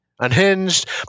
unhinged